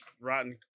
rotten